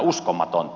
uskomatonta